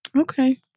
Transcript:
Okay